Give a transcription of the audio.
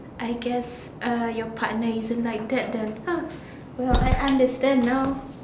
I guess uh your partner isn't like that then ha well I understand now